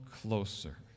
closer